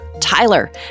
Tyler